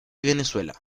venezuela